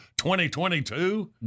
2022